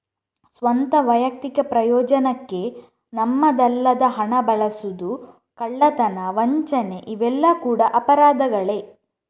ಸ್ವಂತ, ವೈಯಕ್ತಿಕ ಪ್ರಯೋಜನಕ್ಕೆ ನಮ್ಮದಲ್ಲದ ಹಣ ಬಳಸುದು, ಕಳ್ಳತನ, ವಂಚನೆ ಇವೆಲ್ಲ ಕೂಡಾ ಅಪರಾಧಗಳೇ